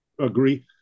agree